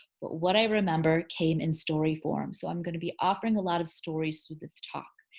but what i remember came in story form. so i'm gonna be offering a lot of stories through this talk.